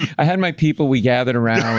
i had my people, we gathered around, we